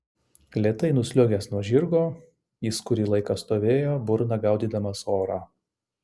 lėtai nusliuogęs nuo žirgo jis kurį laiką stovėjo burna gaudydamas orą